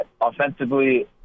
offensively